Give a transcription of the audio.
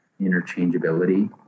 interchangeability